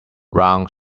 round